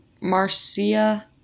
Marcia